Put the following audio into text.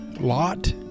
Lot